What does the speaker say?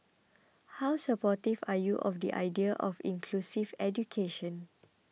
how supportive are you of the idea of inclusive education